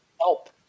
help